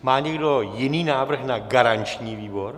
Má někdo jiný návrh na garanční výbor?